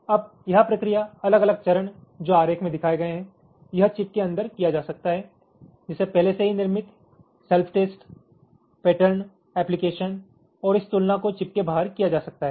अब यह प्रक्रिया अलग अलग चरण जो आरेख में दिखाए गए हैं यह चिप के अंदर किया जा सकता है जैसे पह्ले से ही निर्मित सेल्फ टेस्ट पैटर्न एप्लिकेशन और इस तुलना को चिप के बाहर किया जा सकता है